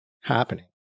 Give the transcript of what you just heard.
happening